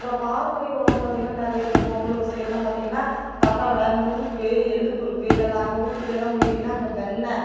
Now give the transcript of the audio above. அப்புறம் பாரம்பரிய உணவுனு பார்த்திங்கன்னா நிறைய இப்போ இந்த பொங்கலூர் சைடுலாம் பார்த்திங்கன்னா தட்டை வடை முறுக்கு எள்ளு முறுக்கு இதெல்லாம் அங்கே ஊத்துக்குளி எல்லாம் போய்ட்டீங்கன்னா அங்கே வெண்ணெய்